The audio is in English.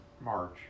March